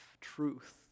truth